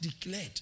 declared